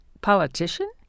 Politician